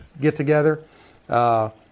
get-together